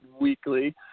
Weekly